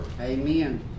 Amen